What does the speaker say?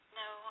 no